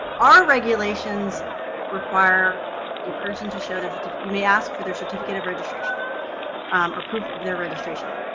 our regulations require a person to show their certificate. you may ask for their certificate of registration or proof of their registration.